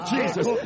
Jesus